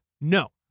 No